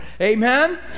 Amen